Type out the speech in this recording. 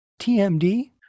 TMD